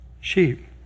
sheep